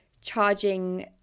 charging